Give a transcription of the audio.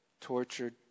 tortured